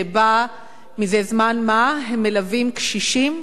שבה זה זמן מה הם מלווים קשישים